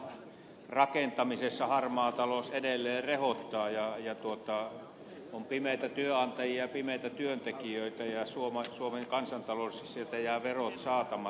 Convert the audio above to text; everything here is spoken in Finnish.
varsinkin rakentamisessa harmaa talous edelleen rehottaa on pimeitä työnantajia ja pimeitä työntekijöitä ja suomen kansantaloudessa jäävät verot saamatta